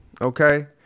okay